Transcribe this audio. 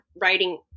writing